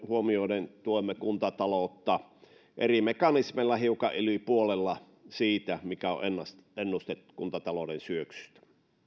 huomioiden tuemme kuntataloutta eri mekanismeilla hiukan yli puolella siitä mikä on ennuste kuntatalouden syöksystä